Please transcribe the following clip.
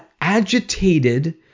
agitated